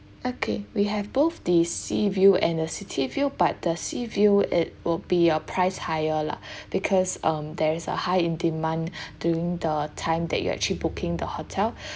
okay we have both the sea view and the city view but the sea view it will be a price higher lah because um there is a high in demand during the time that you're actually booking the hotel